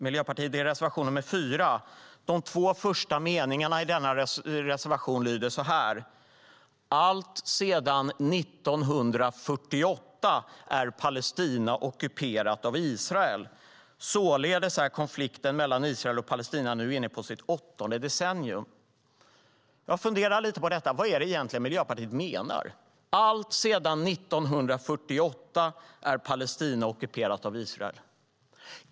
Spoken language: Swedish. Det är reservation nr 4. De två första meningarna i reservationen lyder: "Alltsedan 1948 är Palestina ockuperat av Israel. Således är konflikten mellan Israel och Palestina nu inne på sitt 8:e decennium." Jag har funderat på vad Miljöpartiet egentligen menar. "Alltsedan 1948 är Palestina ockuperat av Israel."